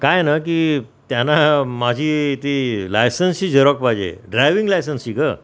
काय आहे ना की त्याना माझी ती लायसन्सची झेरॉक्स पाहिजे ड्रायविंग लायसन्सची गं